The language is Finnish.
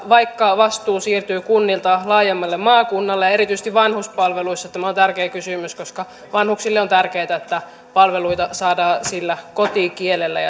vaikka vastuu siirtyy kunnilta laajemmalle maakunnalle erityisesti vanhuspalveluissa tämä on tärkeä kysymys koska vanhuksille on tärkeätä että palveluita saadaan kotikielellä